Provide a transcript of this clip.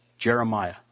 Jeremiah